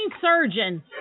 surgeon